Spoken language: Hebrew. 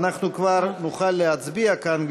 אנחנו כבר נוכל להצביע כאן,